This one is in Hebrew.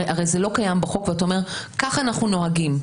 הרי זה לא קיים בחוק ואתה אומר: ככה אנחנו נוהגים.